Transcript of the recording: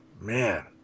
Man